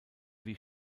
wie